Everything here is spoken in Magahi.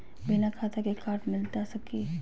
बिना खाता के कार्ड मिलता सकी?